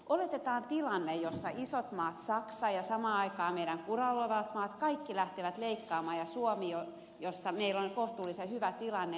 oletetaan tilanne jossa isot maat kuten saksa ja samaan aikaan meidän kuralla olevat maamme kaikki lähtevät leikkaamaan ja suomi jossa meillä on kohtuullisen hyvä tilanne